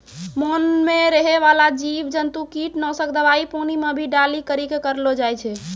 मान मे रहै बाला जिव जन्तु किट नाशक दवाई पानी मे भी डाली करी के करलो जाय छै